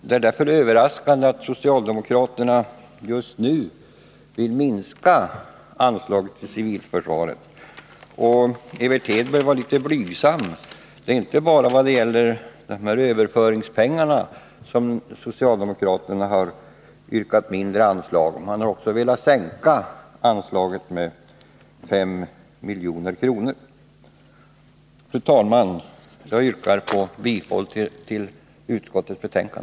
Det är därför överraskande att socialdemokraterna just nu vill minska anslaget till civilförsvaret, och Evert Hedberg var litet blygsam. Det är inte bara när det gäller överföringspengarna som socialdemokraterna har yrkat på mindre anslag. De har också velat sänka det totala anslaget med 5 milj.kr. Fru talman! Jag yrkar bifall till utskottets hemställan.